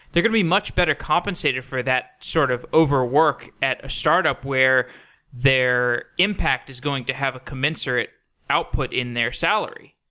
they're going to be much better compensated for that sort of overwork at a startup where their impact is going to have a commensurate output in their salary.